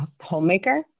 homemaker